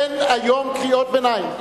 אין היום קריאות ביניים.